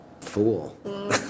fool